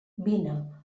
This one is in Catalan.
vine